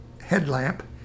headlamp